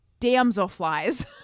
damselflies